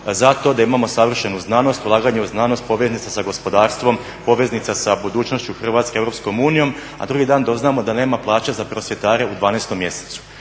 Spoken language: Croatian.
za to da imamo savršenu znanost, ulaganje u znanost, poveznica sa gospodarstvom, poveznica sa budućnošću Hrvatske EU, a drugi dan doznamo da nema plaće za prosvjetare u 12.mjesecu.